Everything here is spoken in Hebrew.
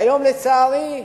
והיום, לצערי,